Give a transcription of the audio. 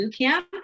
Bootcamp